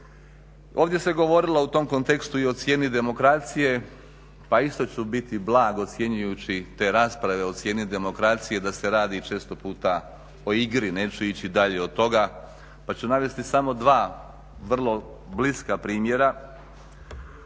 Ovdje se govorilo u tom kontekstu i o cijeni demokracije pa isto ću biti blag ocjenjujući te rasprave o cijeni demokracije, da se radi često puta o igri, neću ići dalje od toga pa ću navesti samo dva vrlo bliska primjera.